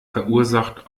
verursacht